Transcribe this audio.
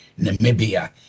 Namibia